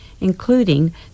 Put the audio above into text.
including